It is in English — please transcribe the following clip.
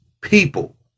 people